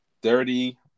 Dirty